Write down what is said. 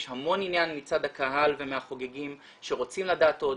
יש המון עניין מצד הקהל והחוגגים שרוצים לדעת עוד,